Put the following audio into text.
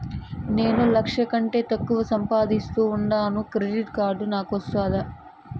నేను లక్ష కంటే తక్కువ సంపాదిస్తా ఉండాను క్రెడిట్ కార్డు నాకు వస్తాదా